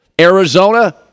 Arizona